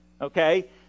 okay